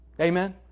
Amen